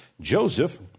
Joseph